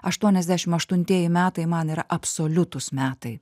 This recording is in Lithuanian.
aštuoniasdešim aštuntieji metai man yra absoliutūs metai